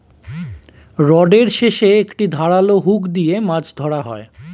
রডের শেষে একটি ধারালো হুক দিয়ে মাছ ধরা হয়